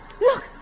Look